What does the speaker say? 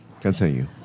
Continue